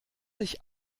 sich